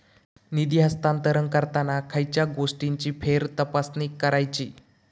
निधी हस्तांतरण करताना खयच्या गोष्टींची फेरतपासणी करायची?